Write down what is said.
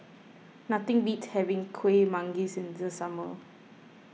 nothing beats having Kuih Manggis in the summer